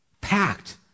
packed